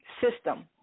system